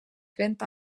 fet